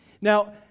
Now